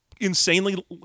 insanely